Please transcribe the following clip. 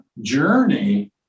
journey